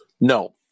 No